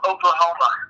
Oklahoma